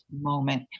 moment